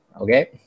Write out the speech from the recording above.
okay